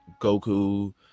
Goku